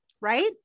Right